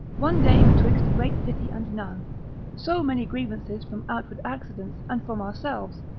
one day betwixt a great city and none so many grievances from outward accidents, and from ourselves,